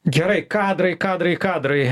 gerai kadrai kadrai kadrai